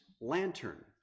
lantern